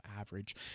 average